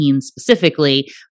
specifically